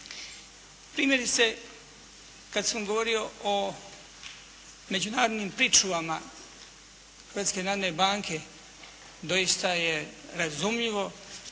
Primjerice kada sam govorio o međunarodnim pričuvama Hrvatske narodne banke, doista je razumljivo